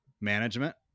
management